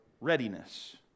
readiness